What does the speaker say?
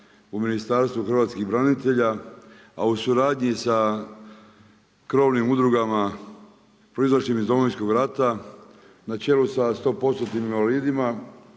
u Ministarstvu hrvatskih branitelja a u suradnji sa krovnim udrugama proizašlim iz Domovinskog rata na čelu sa 100%-tnim invalidima,